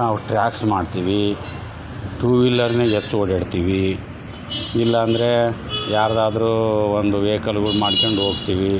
ನಾವು ಟ್ರಾಕ್ಸ್ ಮಾಡ್ತೀವಿ ಟು ವೀಲಾರ್ನಲ್ಲಿ ಹೆಚ್ಚು ಓಡಾಡ್ತೀವಿ ಇಲ್ಲ ಅಂದರೆ ಯಾರ್ದಾದರೂ ಒಂದು ವೆಯ್ಕಲ್ ಬುಕ್ ಮಾಡ್ಕೊಂಡು ಹೋಗ್ತೀವಿ